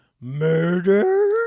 murder